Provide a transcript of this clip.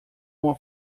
uma